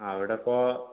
അവടിപ്പോൾ